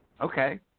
Okay